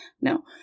No